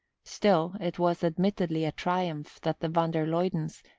still, it was admittedly a triumph that the van der luydens,